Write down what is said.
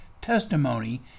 testimony